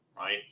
right